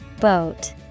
Boat